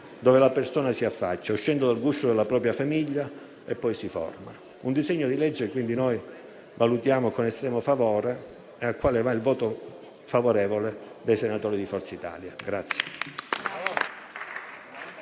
dove la persona si affaccia, uscendo dal guscio della propria famiglia, e poi si forma. È quindi un disegno di legge che quindi noi valutiamo con estremo favore e al quale va il voto favorevole dei senatori di Forza Italia.